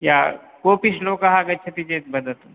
या कोऽपि श्लोकः आगच्छति चेत् वदतु